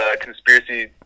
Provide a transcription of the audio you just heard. conspiracy